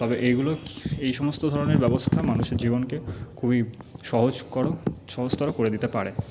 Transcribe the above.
তবে এইগুলো এই সমস্ত ধরনের ব্যবস্থা মানুষের জীবনকে খুবই সহজকর সহজতর করে দিতে পারে